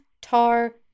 Tar